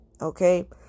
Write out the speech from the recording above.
Okay